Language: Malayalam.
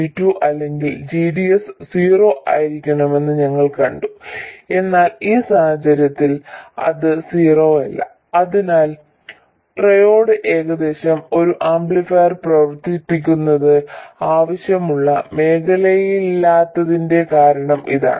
Y22 അല്ലെങ്കിൽ g ds 0 ആയിരിക്കണമെന്ന് ഞങ്ങൾ കണ്ടു എന്നാൽ ഈ സാഹചര്യത്തിൽ അത് 0 അല്ല അതിനാൽ ട്രയോഡ് പ്രദേശം ഒരു ആംപ്ലിഫയർ പ്രവർത്തിപ്പിക്കുന്നതിന് ആവശ്യമുള്ള മേഖലയല്ലാത്തതിന്റെ കാരണം ഇതാണ്